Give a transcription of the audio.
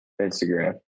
Instagram